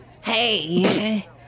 Hey